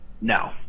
No